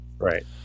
Right